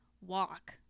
walk